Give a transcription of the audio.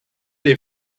les